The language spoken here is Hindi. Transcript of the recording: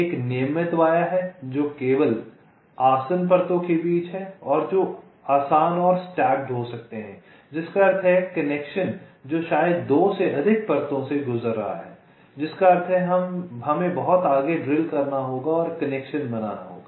एक नियमित वाया है जो केवल आसन्न परतों के बीच है जो आसान और स्टैक्ड हो सकते हैं जिसका अर्थ है कनेक्शन जो शायद 2 से अधिक परतों से गुजर रहा है जिसका अर्थ है कि हमें बहुत आगे ड्रिल करना होगा और एक कनेक्शन बनाना होगा